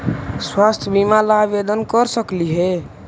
स्वास्थ्य बीमा ला आवेदन कर सकली हे?